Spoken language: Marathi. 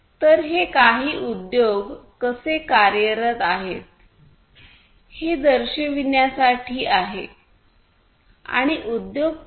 तर हे काही उद्योग कसे कार्यरत आहेत हे दर्शविण्यासाठी आहे आणि उद्योग 4